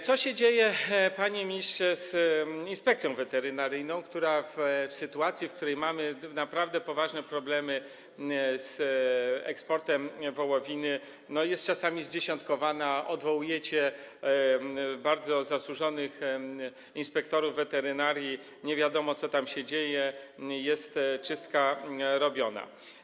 Co się dzieje, panie ministrze, z Inspekcją Weterynaryjną, która w sytuacji, w której mamy naprawdę poważny problemy z eksportem wołowiny, jest czasami zdziesiątkowana, odwołujecie bardzo zasłużonych inspektorów weterynarii, nie wiadomo, co tam się dzieje, jest czystka robiona?